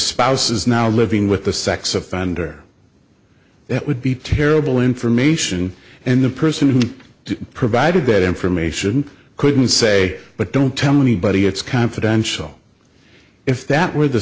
spouse is now living with the sex offender that would be terrible information and the person who provided that information couldn't say but don't tell anybody it's confidential if that were the